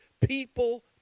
people